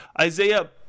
Isaiah